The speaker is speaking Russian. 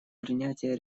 принятия